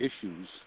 issues